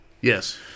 Yes